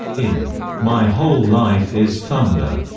in my whole life is thunder,